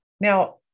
Now